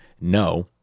No